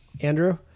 Andrew